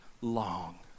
long